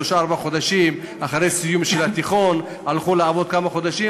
שלושה-ארבעה חודשים אחרי סיום התיכון הם הלכו לעבוד כמה חודשים,